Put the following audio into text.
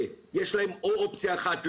תודה רבה.